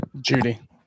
Judy